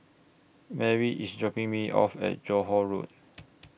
Marry IS dropping Me off At Johore Road